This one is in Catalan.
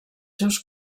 seus